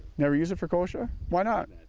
never use it for kochia, why not?